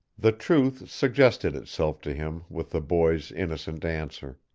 the truth suggested itself to him with the boy's innocent answer.